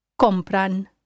Compran